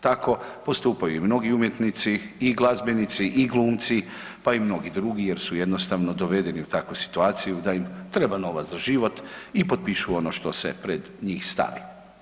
Tako postupaju i mnogi umjetnici i glazbenici i glumci, pa i mnogi drugi jer su jednostavno dovedeni u takvu situaciju da im treba novac za život i potpišu ono što se pred njih stavi.